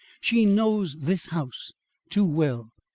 she knows this house too well.